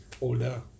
older